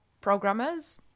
programmers